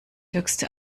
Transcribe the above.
höchste